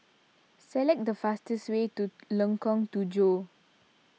select the fastest way to Lengkok Tujoh